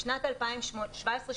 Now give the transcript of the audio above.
בשנים 17',